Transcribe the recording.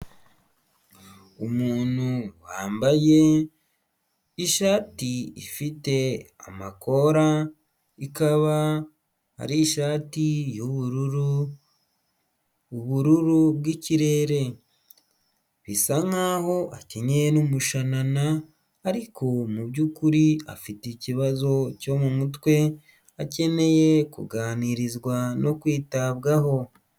Umuntu wambaye ishati ifite amakora, ikaba ari ishati y'ubururu, ubururu bw'ikirere. Bisa nk'aho akenyeye n'umushanana ariko mu by'ukuri afite ikibazo cyo mu mutwe, akeneye kuganirizwa no kwitabwaho.